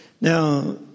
now